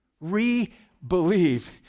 Re-believe